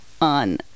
on